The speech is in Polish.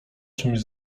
czymś